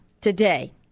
today